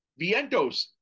Vientos